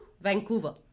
Vancouver